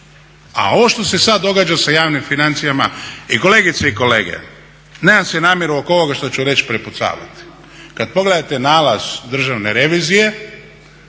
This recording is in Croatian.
A ovo što se sad događa sa javnim financijama i kolegice i kolege, nemam se namjeru oko ovoga što ću reći prepucavati. Kad pogledate nalaz Državne revizije